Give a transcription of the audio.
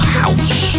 house